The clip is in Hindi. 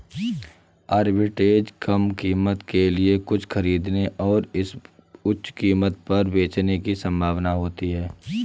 आर्बिट्रेज कम कीमत के लिए कुछ खरीदने और इसे उच्च कीमत पर बेचने की संभावना होती है